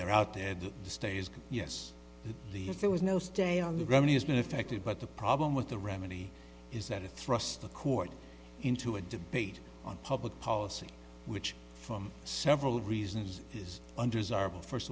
they're out there stays yes the if there was no stay on the ground has been affected but the problem with the remedy is that it thrust the court into a debate on public policy which from several reasons is undesirable first